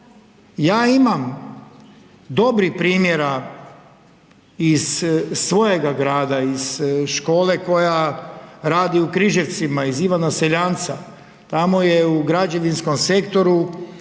Ja imam dobrih primjera iz svojega grada iz škole koja radi u Križevcima, iz Ivana Seljanca, tamo je u građevinskom sektoru